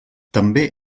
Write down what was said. també